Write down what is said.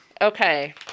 okay